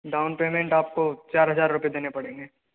down payment आपको चार हजार रुपए देने पड़ेंगे